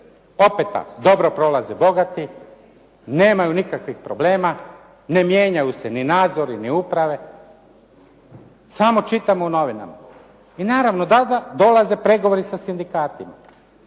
… dobro prolaze bogati, nemaju nikakvih problema, ne mijenjaju se ni nadzori, ni uprave. Samo čitamo u novinama, i naravno da, da dolaze pregovori sa sindikatima.